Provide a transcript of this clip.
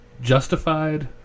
Justified